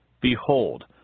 behold